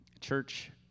church